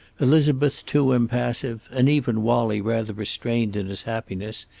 elizabeth too impassive and even wallie rather restrained in his happiness,